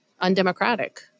undemocratic